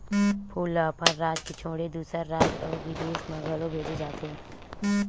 फूल ल अपन राज के छोड़े दूसर राज अउ बिदेस म घलो भेजे जाथे